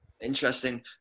Interesting